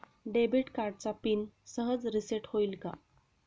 Debit कार्डचा PIN सहज reset होईल का?